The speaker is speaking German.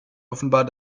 offenbar